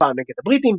הפעם נגד הבריטים,